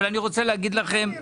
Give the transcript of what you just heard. אני רוצה.